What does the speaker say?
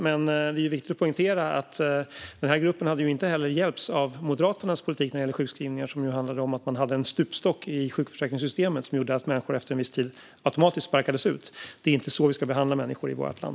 Men jag vill poängtera att den här gruppen ju inte hade hjälpts av Moderaternas politik när det gäller sjukskrivningar, som ju handlade om en stupstock i sjukförsäkringssystemet som gjorde att människor efter en viss tid automatiskt sparkades ut. Så ska vi inte behandla människor i vårt land.